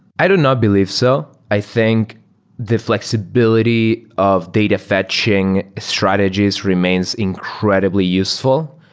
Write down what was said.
i do not believe so. i think the fl exibility of data fetching strategies remains incredibly useful.